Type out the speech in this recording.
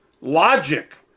logic